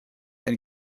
and